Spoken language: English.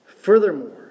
Furthermore